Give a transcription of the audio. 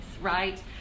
right